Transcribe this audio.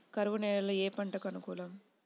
కరువు నేలలో ఏ పంటకు అనుకూలం?